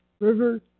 River